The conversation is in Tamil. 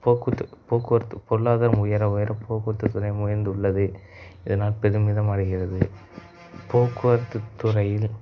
போக்குத்து போக்குவரத்து பொருளாதாரம் உயர உயர போக்குவரத்து துறையும் உயர்ந்துள்ளது இதனால் பெருமிதம் அடைகிறது போக்குவரத்து துறையில்